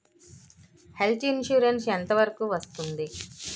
Health insurance ఎంత వరకు వస్తుంది?